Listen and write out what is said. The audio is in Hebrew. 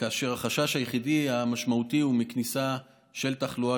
והחשש היחידי המשמעותי הוא מכניסה של תחלואה